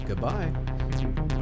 Goodbye